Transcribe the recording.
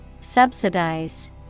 Subsidize